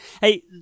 Hey